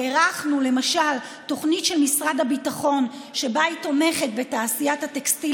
והארכנו למשל תוכנית של משרד הביטחון שתומכת בתעשיית הטקסטיל